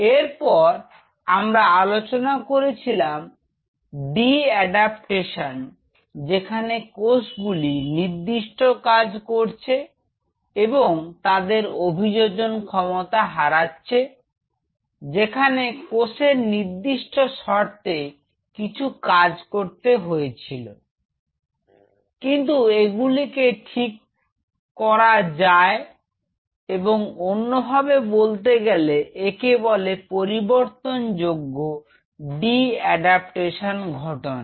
এরপর আমরা আলোচনা করেছিলাম দি এডাপটেশন যেখানে কোষগুলি নির্দিষ্ট কাজ করছে এবং তাদের অভিযোজন ক্ষমতা হারাচ্ছে যেখানে কোষের নির্দিষ্ট শর্তে কিছু কাজ করতে হয়েছিল কিন্তু এগুলিকে ঠিক করা যায় এবং অন্যভাবে বলতে গেলে একে বলে পরিবর্তনযোগ্য ডি এডাপটেশন ঘটনা